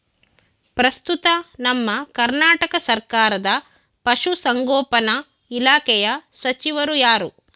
ಪ್ರಸ್ತುತ ನಮ್ಮ ಕರ್ನಾಟಕ ಸರ್ಕಾರದ ಪಶು ಸಂಗೋಪನಾ ಇಲಾಖೆಯ ಸಚಿವರು ಯಾರು?